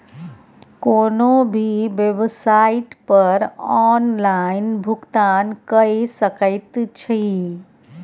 कोनो भी बेवसाइट पर ऑनलाइन भुगतान कए सकैत छी